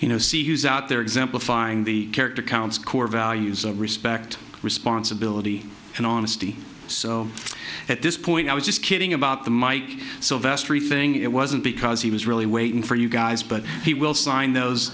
you know see use out their example find the character counts core values of respect responsibility and honesty so at this point i was just kidding about the mike so vestry thing it wasn't because he was really waiting for you guys but he will sign those